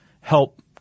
help